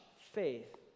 faith